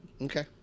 Okay